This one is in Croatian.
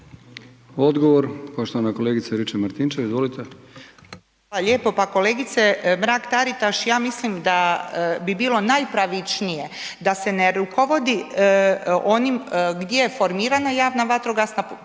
Branka (HDZ)** Hvala lijepo. Pa kolegice Mrak-Taritaš, ja mislim da bi bilo najpravičnije da se ne rukovodi onim gdje je formirana javna vatrogasna postrojba